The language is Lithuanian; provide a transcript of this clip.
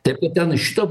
taip kad ten i šito